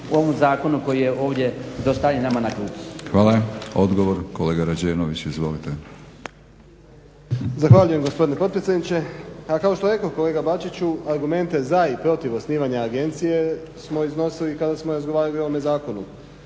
u ovom zakonu koji je ovdje dostavljen nama na klupu. **Batinić, Milorad (HNS)** Hvala. Odgovor, kolega Rađenović, izvolite. **Rađenović, Igor (SDP)** Zahvaljujem gospodine potpredsjedniče. Kao što rekoh kolega Bačiću, argumente za i protiv osnivanja agencije smo iznosili kada smo razgovarali o ovome zakonu